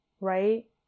right